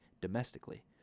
domestically